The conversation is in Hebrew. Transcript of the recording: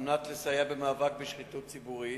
על מנת לסייע במאבק בשחיתות ציבורית.